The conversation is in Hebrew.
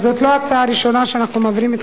זאת לא ההצעה הראשונה שאנחנו מעבירים,